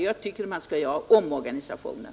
Jag tycker man skall göra om organisationen.